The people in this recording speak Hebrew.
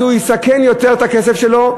אז הוא יסכן יותר את הכסף שלו.